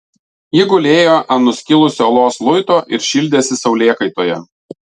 ji gulėjo ant nuskilusio uolos luito ir šildėsi saulėkaitoje